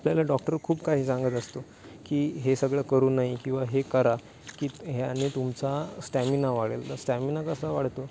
आपल्याला डॉक्टर खूप काही सांगत असतो की हे सगळं करू नये किंवा हे करा की ह्याने तुमचा स्टॅमिना वाढेल तर स्टॅमिना कसा वाढतो